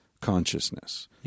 consciousness